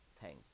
thanks